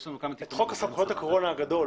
את חוק סמכויות הקורונה הגדול,